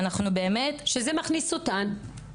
וזה מכניס אותן?